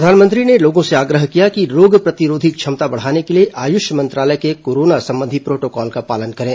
प्रधानमंत्री ने लोगों से आग्रह किया कि रोग प्रतिरोधी क्षमता बढ़ाने के लिए आयुष मंत्रालय के कोरोना संबंधी प्रोटोकॉल का पालन करें